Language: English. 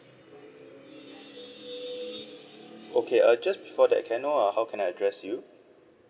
okay uh just before that can I know uh how can I address you